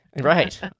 Right